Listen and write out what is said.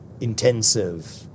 intensive